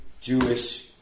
Jewish